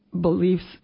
beliefs